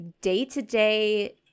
day-to-day